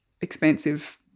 expensive